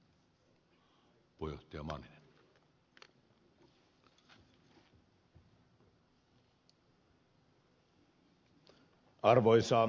arvoisa puhemies